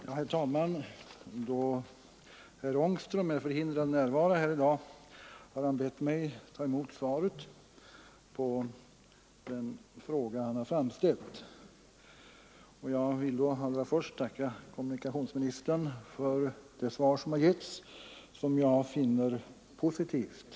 Herr talman! Då herr Ångström är förhindrad närvara här i dag, har han bett mig ta emot svaret på den fråga han har framställt. Jag vill först tacka kommunikationsministern för svaret, som jag finner positivt.